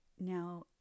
Now